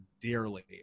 dearly